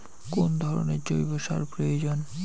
কোন ধরণের জৈব সার প্রয়োজন?